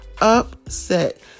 upset